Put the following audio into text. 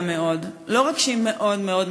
לא רק שהיא גדולה מאוד,